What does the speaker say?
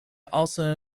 also